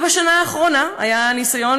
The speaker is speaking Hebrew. ובשנה האחרונה היה ניסיון,